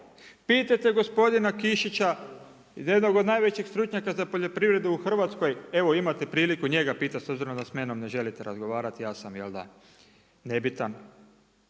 Pitajte gospodina Kišića, jednog od najvećeg stručnjaka za poljoprivredu u Hrvatskoj, evo imate priliku njega pitati s obzirom da s menom ne želite razgovarati ja sam, jel' da nebitan.